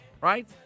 right